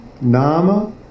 Nama